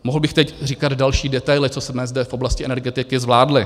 Mohl bych teď říkat další detaily, co jsme zde v oblasti energetiky zvládli.